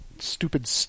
stupid